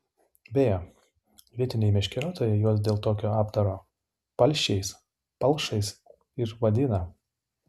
beje vietiniai meškeriotojai juos dėl tokio apdaro palšiais palšais ir vadina